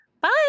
Bye